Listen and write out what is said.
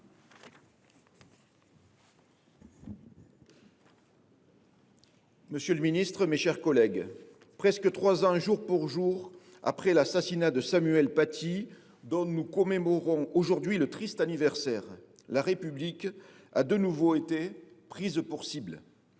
Monsieur le ministre, mes chers collègues, presque trois ans jour pour jour après l’assassinat de Samuel Paty, dont nous célébrons aujourd’hui le triste anniversaire, la République a de nouveau été prise pour cible.